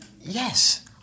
Yes